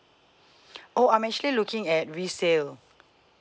oh I'm actually looking at resale